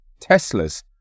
Teslas